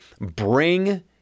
bring